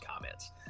comments